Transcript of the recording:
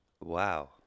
Wow